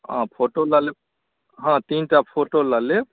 हँ फोटो लऽ लेब हँ तीनटा फोटो लऽ लेब